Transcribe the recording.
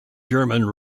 german